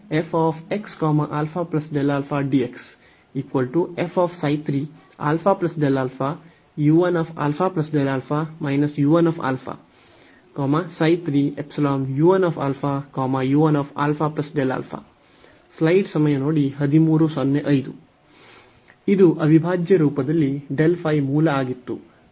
ಇದು ಅವಿಭಾಜ್ಯ ರೂಪದಲ್ಲಿ ಮೂಲ ಆಗಿತ್ತು